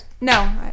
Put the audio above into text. no